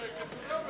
הוצאה אסורה),